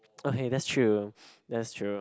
okay that's true that's true